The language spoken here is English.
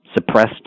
suppressed